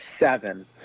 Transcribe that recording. Seven